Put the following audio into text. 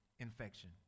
infection